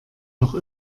noch